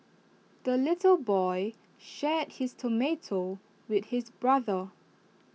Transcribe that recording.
the little boy shared his tomato with his brother